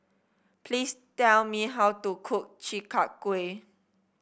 please tell me how to cook Chi Kak Kuih